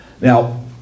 Now